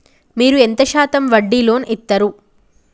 మీరు ఎంత శాతం వడ్డీ లోన్ ఇత్తరు?